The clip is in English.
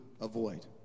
avoid